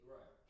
Right